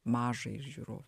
mažąjį žiūrovą